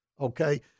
okay